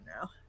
now